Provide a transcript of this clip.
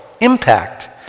impact